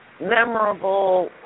memorable